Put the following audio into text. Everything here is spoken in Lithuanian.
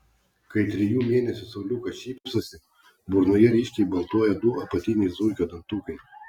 kai trijų mėnesių sauliukas šypsosi burnoje ryškiai baltuoja du apatiniai zuikio dantukai